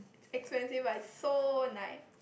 expensive but it's so nice